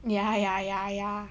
ya ya ya ya